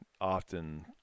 often